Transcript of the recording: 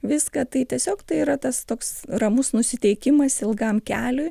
viską tai tiesiog tai yra tas toks ramus nusiteikimas ilgam keliui